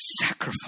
sacrifice